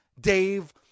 Dave